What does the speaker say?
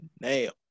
nail